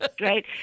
Right